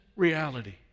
reality